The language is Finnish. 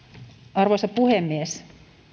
arvoisa puhemies